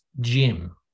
gym